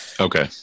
Okay